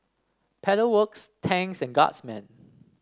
Pedal Works Tangs and Guardsman